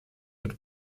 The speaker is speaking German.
wird